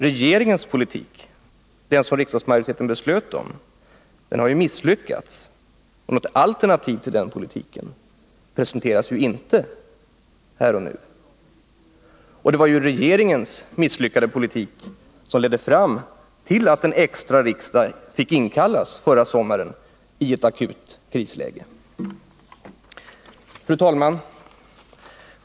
Regeringens politik, den som riksdagsmajoriteten då fattade beslut om, har alltså misslyckats, och något alternativ till den politiken presenteras inte här och nu. Och det var ju regeringens misslyckade politik som ledde fram till att en extra riksdag fick inkallas i ett akut krisläge förra sommaren. Fru talman!